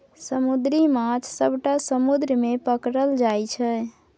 समुद्री माछ सबटा समुद्र मे पकरल जाइ छै